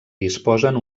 disposen